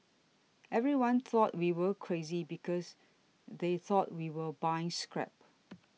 everyone thought we were crazy because they thought we were buying scrap